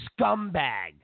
scumbag